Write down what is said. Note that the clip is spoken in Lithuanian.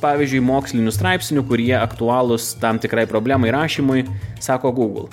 pavyzdžiui mokslinių straipsnių kurie aktualūs tam tikrai problemai rašymui sako gūgl